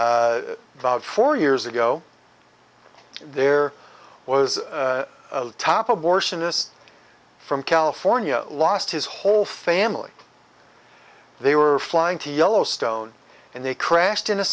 about four years ago there was a top abortionists from california lost his whole family they were flying to yellowstone and they crashed in a